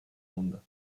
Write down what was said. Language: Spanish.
mundo